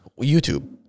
YouTube